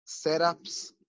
setups